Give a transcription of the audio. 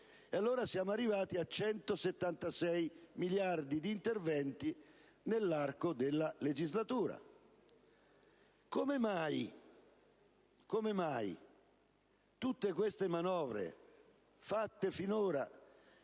E allora siamo arrivati a 176 miliardi di interventi nell'arco della legislatura. Come mai tutte le manovre effettuate finora